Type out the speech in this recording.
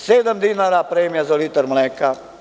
Sedam dinara premija za litar mleka.